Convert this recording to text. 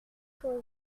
chose